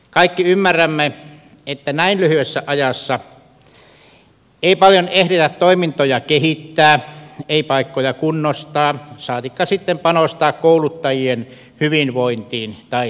kaikki ymmärrämme että näin lyhyessä ajassa ei paljon ehditä toimintoja kehittää ei paikkoja kunnostaa saatikka sitten panostaa kouluttajien hyvinvointiin tai uudistumiseen